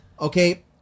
Okay